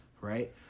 right